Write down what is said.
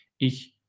Ich